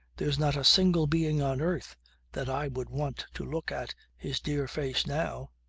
there's not a single being on earth that i would want to look at his dear face now,